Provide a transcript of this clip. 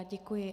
Děkuji.